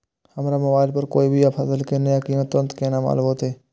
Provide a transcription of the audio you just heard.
हमरा मोबाइल पर कोई भी फसल के नया कीमत तुरंत केना मालूम होते?